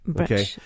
Okay